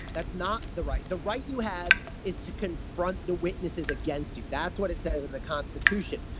that's not the right the right you have is to confront the witnesses against you. that's what it says in the constitution.